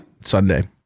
sunday